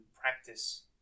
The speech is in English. practice